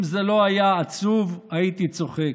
סגן השר מאיר יצחק הלוי,